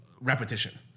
repetition